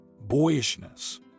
boyishness